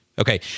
Okay